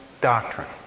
doctrine